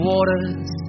Waters